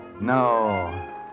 No